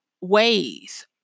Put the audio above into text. ways